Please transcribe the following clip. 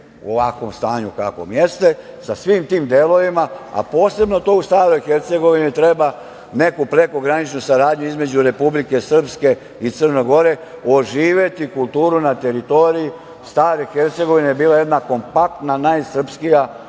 u ovakvom stanju u kakvom jeste, sa svim tim delovima, a posebno to u Staroj Hercegovini treba neku prekograničnu saradnju između Republike Srpske i Crne Gore, oživeti kulturu na teritoriji stare Hercegovine. Bila je kompaktna, najsrpskija,